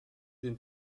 den